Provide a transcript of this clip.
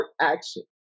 action